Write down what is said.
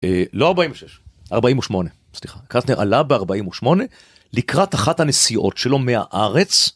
לא 46, 48. סליחה. קסטנר עלה ב 48 לקראת אחת הנסיעות שלו מהארץ.